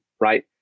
right